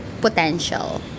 potential